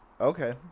Okay